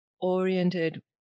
oriented